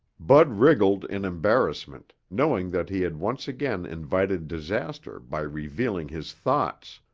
bud wriggled in embarrassment, knowing that he had once again invited disaster by revealing his thoughts.